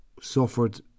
suffered